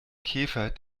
käfer